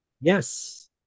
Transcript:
Yes